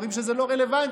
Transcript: אומרים שזה לא רלוונטי,